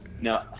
no